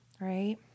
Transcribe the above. Right